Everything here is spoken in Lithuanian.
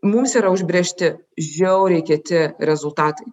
mums yra užbrėžti žiauriai kieti rezultatai